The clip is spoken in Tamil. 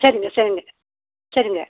சரிங்க சரிங்க சரிங்க